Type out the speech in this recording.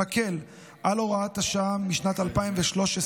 מקל על הוראת השעה משנת 2013,